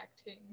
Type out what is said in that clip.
acting